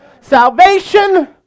Salvation